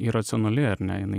iracionali ar ne jinai